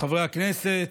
חבר הכנסת,